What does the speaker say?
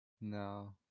No